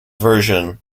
version